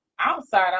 outside